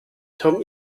tom